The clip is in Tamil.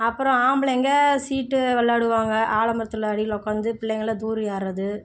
அப்புறம் ஆம்பளைங்கள் சீட்டு விளயாடுவாங்க ஆ மரத்தில் அடியில் உக்காந்து பிள்ளைங்களெலாம் தூரி ஆடுறது